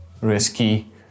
risky